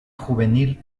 juvenil